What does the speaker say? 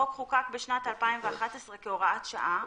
החוק חוקק בשנת 2011 כהוראת שעה,